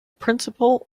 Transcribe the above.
principle